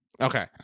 Okay